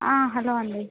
hello అండి